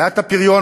בעיית הפריון,